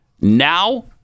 Now